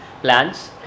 plants